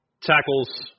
Tackles